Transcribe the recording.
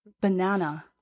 banana